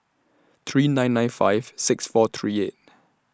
three nine nine five six four three eight